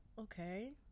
Okay